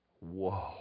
Whoa